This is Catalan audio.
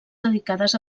dedicades